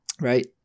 right